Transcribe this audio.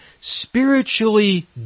spiritually